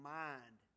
mind